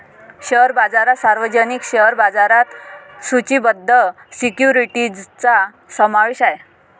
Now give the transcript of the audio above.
share बाजारात सार्वजनिक share बाजारात सूचीबद्ध सिक्युरिटीजचा समावेश आहे